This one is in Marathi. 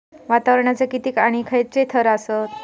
वातावरणाचे किती आणि खैयचे थर आसत?